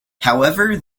however